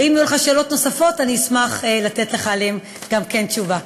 ואם יהיו לך שאלות נוספות אני אשמח לתת לך עליהן גם כן תשובה.